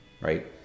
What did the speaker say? right